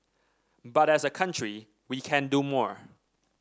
but as a country we can do more